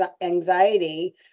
anxiety